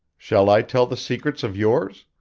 shall i tell the secrets of yours?